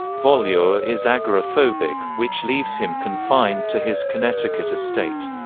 volure is agoraphobic, which leaves him confined to his connecticut estate.